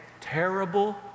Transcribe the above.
terrible